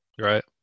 Right